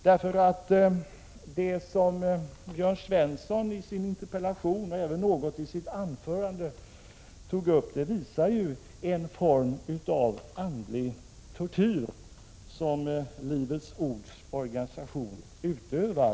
Det som Jörn Svensson tog upp i sin interpellation och även i sitt anförande visar nämligen att det är en form av andlig tortyr gentemot barnen som Livets ords organisation utövar.